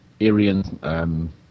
Aryan